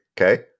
Okay